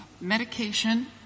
medication